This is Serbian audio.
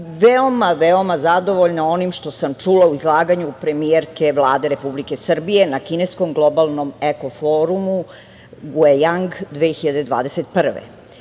sredine, veoma zadovoljna onim što sam čula u izlaganju premijerke Vlade Republike Srbije na kineskom globalnom eko forumu Guejang